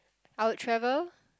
I would travel